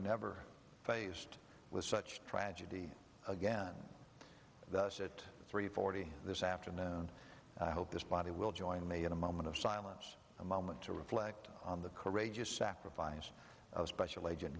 never faced with such tragedy again that three forty this afternoon i hope this body will join me in a moment of silence a moment to reflect on the courageous device of special agent